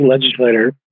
legislator